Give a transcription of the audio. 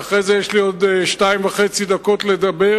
ואחרי זה יש לי עוד שתיים וחצי דקות לדבר.